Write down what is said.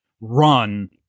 run